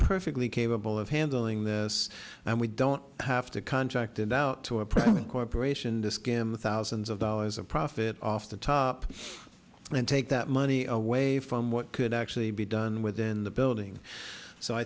perfectly capable of handling this and we don't have to contracted out to a private corporation to skim thousands of dollars of profit off the top and take that money away from what could actually be done within the building so i